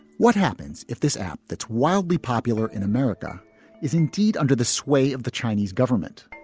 what happens if this app that's wildly popular in america is indeed under the sway of the chinese government?